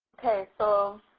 okay. so,